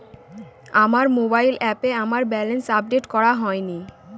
আমার মোবাইল অ্যাপে আমার ব্যালেন্স আপডেট করা হয়নি